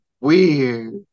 weird